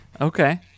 Okay